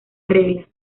regla